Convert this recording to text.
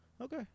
Okay